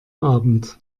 abend